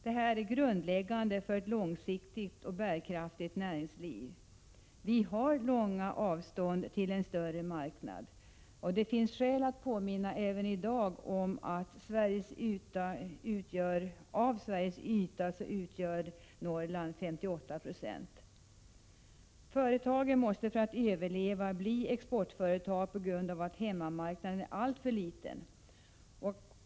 Detta är grundläggande för ett långsiktigt och bärkraftigt näringsliv. Vi har långa avstånd till en större marknad. Det finns skäl att även i dag påminna om att av Sveriges yta utgör Norrland 58 90. Företagen måste för att överleva bli exportföretag, eftersom hemmamarknaden är alltför liten.